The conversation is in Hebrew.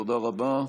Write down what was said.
תודה רבה.